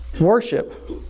Worship